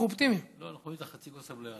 לא, אנחנו רואים את חצי הכוס המלאה.